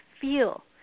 feel